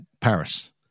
paris